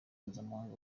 mpuzamahanga